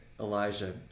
Elijah